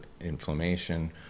inflammation